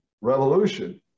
revolution